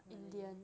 malay